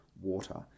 water